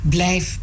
Blijf